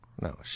No